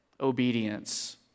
obedience